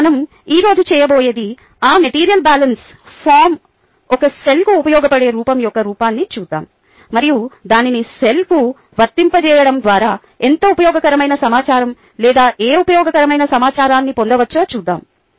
ఇక్కడ మనం ఈ రోజు చేయబోయేది ఆ మెటీరియల్ బ్యాలెన్స్ ఫారమ్ ఒక సెల్ కు ఉపయోగపడే రూపం యొక్క రూపాన్ని చూద్దాం మరియు దానిని సెల్ కు వర్తింపజేయడం ద్వారా ఎంత ఉపయోగకరమైన సమాచారం లేదా ఏ ఉపయోగకరమైన సమాచారాన్ని పొందవచ్చో చూద్దాం